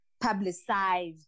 publicized